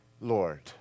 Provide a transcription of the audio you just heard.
Lord